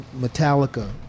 Metallica